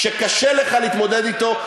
שקשה לך להתמודד אתו,